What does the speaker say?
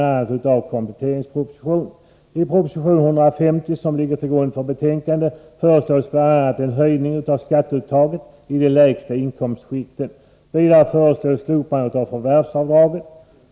I proposition 150, som ligger till grund för betänkandet, föreslås bl.a. en höjning av skatteuttaget i de lägsta inkomstskikten. Vidare föreslås slopande av förvärvsavdraget.